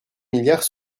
milliards